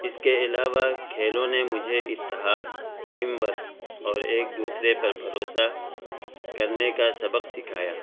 اس کے علاوہ کھیلوں نے مجھے اتحاد ٹیم ورک اور ایک دوسرے پر بھروسہ کرنے کا سبق سکھایا